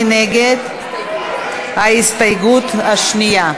מי נגד ההסתייגות השנייה?